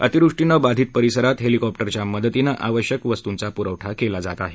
अतिवृष्टीनं बाधित परिसरात हॅलिकॉप्टरच्या मदतीनं आवश्यक वस्तुंचा पुरवठा केला जात आहे